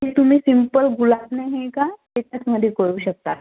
ते तुम्ही सिंपल गुलाब नाही आहे का त्याच्याचमध्ये करू शकता